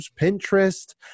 Pinterest